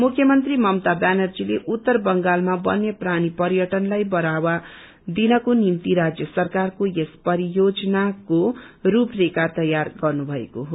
मुख्यमन्त्री ममता व्यानर्जीले उत्तर बंगालमा बन्य प्राणी पर्यटनलाई बढ़ावा दिनको निम्ति राज्य सरकारको यस परियोजनाको रूपरेखा तयार गर्नु भएको हो